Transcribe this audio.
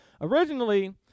originally